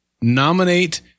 nominate